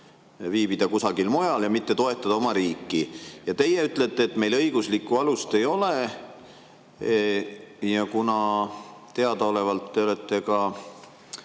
viibida kusagil mujal ja mitte toetada oma riiki. Teie ütlete, et meil õiguslikku alust ei ole. Teadaolevalt te olete